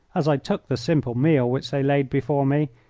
as i took the simple meal which they laid before me,